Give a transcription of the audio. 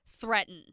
threaten